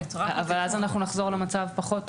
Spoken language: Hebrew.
אבל אז נחזור למצב פחות טוב.